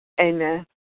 Amen